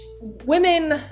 women